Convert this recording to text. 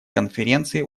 конференции